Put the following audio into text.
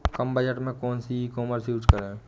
कम budget में कौन सी ई कॉमर्स यूज़ करें?